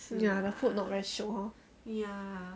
ya the food not very shiok hor